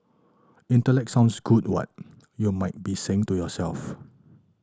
intellect sounds good what you might be saying to yourself